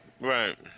right